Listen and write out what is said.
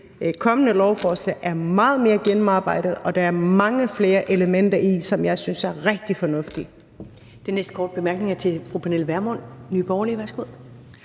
kommende lovforslag er meget mere gennemarbejdet, og at der er mange flere elementer i det, som jeg synes er rigtig fornuftige.